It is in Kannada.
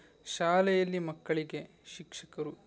ಶಾಲೆಯಲ್ಲಿ ಮಕ್ಕಳಿಗೆ ಶಿಕ್ಷಕರು